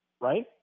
Right